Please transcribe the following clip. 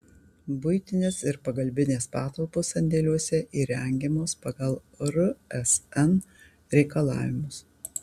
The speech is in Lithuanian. buitinės ir pagalbinės patalpos sandėliuose įrengiamos pagal rsn reikalavimus